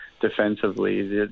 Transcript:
defensively